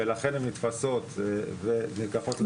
ולכן הן נתפסות ונלקחות למתקן אדם.